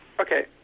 Okay